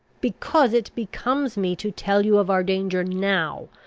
because it becomes me to tell you of our danger now,